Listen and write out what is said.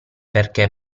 perché